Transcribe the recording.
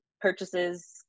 purchases